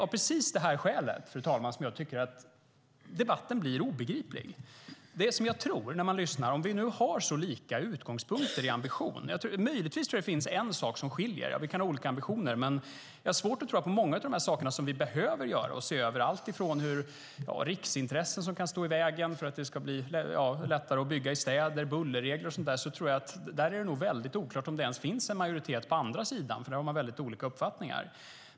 Av precis det här skälet tycker jag att debatten blir obegriplig. Vi kanske har liknande utgångspunkter när det gäller ambitioner, men det finns en sak som skiljer. När det gäller många av de saker som vi behöver se över - alltifrån riksintressen som kan stå i vägen till att det ska bli lättare att bygga i städer, bullerregler och liknande - är det nog oklart om det finns en majoritet hos oppositionen, för där har man väldigt olika uppfattningar.